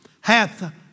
Hath